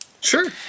Sure